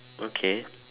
okay